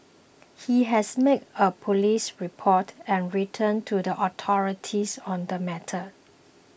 he has made a police report and written to the authorities on the matter